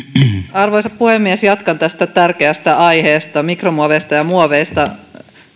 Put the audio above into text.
arvoisa puhemies jatkan tästä tärkeästä aiheesta mikromuoveista ja muoveista